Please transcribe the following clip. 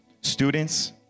Students